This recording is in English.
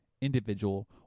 individual